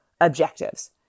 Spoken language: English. objectives